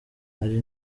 hari